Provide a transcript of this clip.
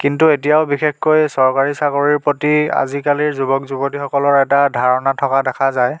কিন্তু এতিয়াও বিশেষকৈ চৰকাৰী চাকৰিৰ প্ৰতি আজিকালিৰ যুৱক যুৱতীসকলৰ এটা ধাৰণা থকা দেখা যায়